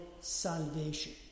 salvation